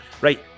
Right